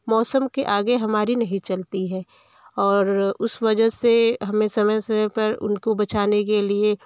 मौसम के आगे हमारी नहीं चलती है और उस वजह से हमें समय से पर उनको बचाने के लिए